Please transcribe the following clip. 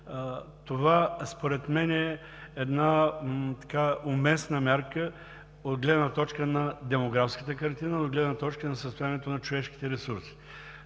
Това според мен е уместна мярка от гледна точка на демографската картина и от гледна точка на състоянието на човешките ресурси.